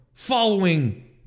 following